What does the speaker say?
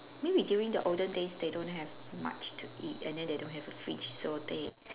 maybe during the olden days they don't have much to eat and then they don't have a fridge so they